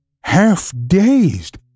half-dazed